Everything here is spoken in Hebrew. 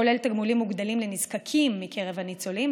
כולל תגמולים מוגדלים לנזקקים מקרב הניצולים,